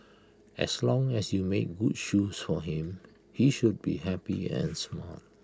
as long as you made good shoes for him he should be happy and smile